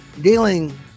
dealing